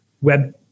web